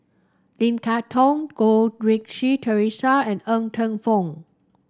Lim Kay Tong Goh Rui Si Theresa and Ng Teng Fong